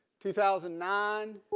two thousand nine